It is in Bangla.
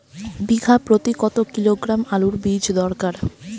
বিঘা প্রতি কত কিলোগ্রাম আলুর বীজ দরকার?